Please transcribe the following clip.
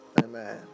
Amen